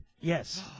Yes